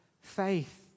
faith